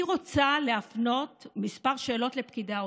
אני רוצה להפנות כמה שאלות לפקידי האוצר.